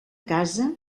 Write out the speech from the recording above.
casa